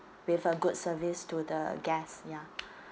with a good service to the guest ya